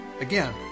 Again